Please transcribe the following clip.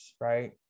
Right